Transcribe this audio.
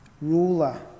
ruler